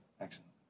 Excellent